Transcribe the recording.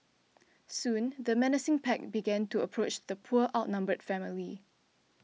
soon the menacing pack began to approach the poor outnumbered family